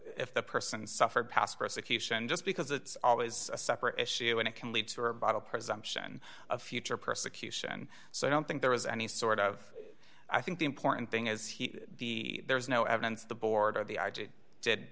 if the person suffered past prosecution just because it's always a separate issue and it can lead to or bought a presumption of future persecution so i don't think there is any sort of i think the important thing is he there is no evidence the board or the